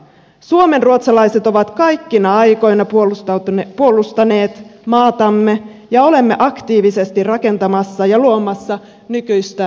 suomenruotsalaiset ovat kaikkina aikoina puolustaneet maatamme ja olemme aktiivisesti rakentamassa ja luomassa nykyistä suomea